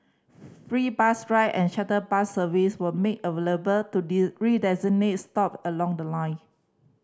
free bus ride and shuttle bus service were made available to these designated stop along the line